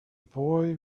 boy